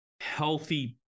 healthy